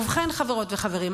ובכן חברות וחברים,